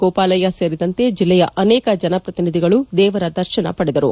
ಗೋಪಾಲಯ್ಯ ಸೇರಿದಂತೆ ಜಿಲ್ಲೆಯ ಅನೇಕ ಜನಪ್ರತಿನಿಧಿಗಳು ದೇವರ ದರ್ಶನ ಪಡೆದರು